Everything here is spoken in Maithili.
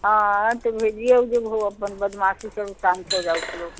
हँ तऽ भेजिऔ जे ओहो अपन बदमाशी सभ शान्त हो जाउक लोक